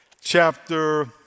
chapter